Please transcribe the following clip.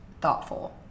thoughtful